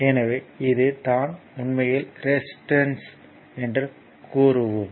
எனவே இது தான் உண்மையில் ரெசிஸ்டன்ஸ் என்று கூறுவோம்